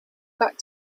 back